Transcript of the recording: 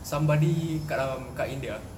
somebody dekat dalam kat india